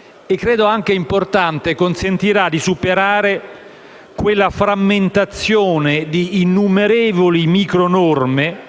- altro aspetto importante - sarà in grado di superare quella frammentazione di innumerevoli micronorme